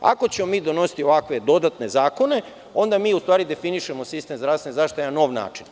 Ako ćemo mi donositi ovakve dodatne zakone, onda mi u stvari definišemo sistem zdravstvene zaštite na nov način.